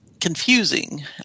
confusing